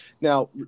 Now